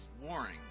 warring